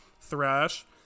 thrash